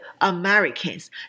Americans